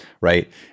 Right